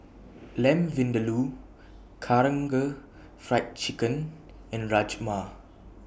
Lamb Vindaloo Karaage Fried Chicken and Rajma